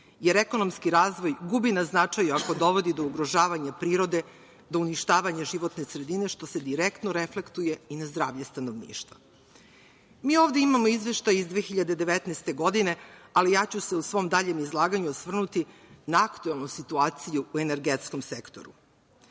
jer ekonomski razvoj gubi na značaju ako dovodi do ugrožavanju prirode, do uništavanja životne sredine što se direktno reflektuje i na zdravlje stanovništva. Mi ovde imamo izveštaj iz 2019. godine ali ja ću se u svom daljem izlaganju osvrnuti na aktuelnu situaciju u energetskom sektoru.